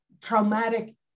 traumatic